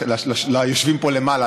ליושבים פה למעלה,